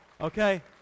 Okay